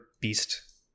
Beast